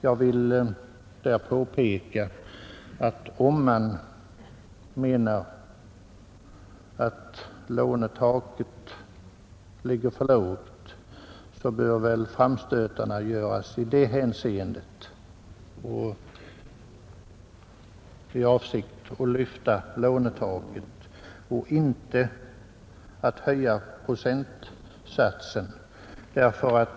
Jag vill påpeka att om det anses att lånetaket ligger för lågt bör framstötarna göras i avsikt att lyfta lånetaket och inte att höja procentgränsen.